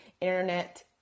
internet